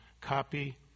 copy